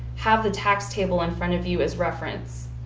have the tax table in front of you as reference.